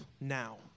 now